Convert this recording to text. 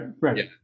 right